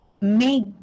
make